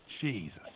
Jesus